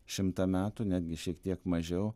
šimtą metų netgi šiek tiek mažiau